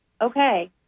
Okay